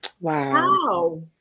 Wow